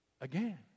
again